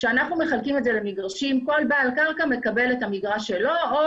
כשאנחנו מחלקים את זה למגרשים כל בעל קרקע מקבל את המגרש שלו או